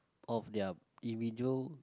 of their individual